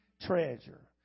treasure